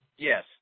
Yes